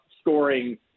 scoring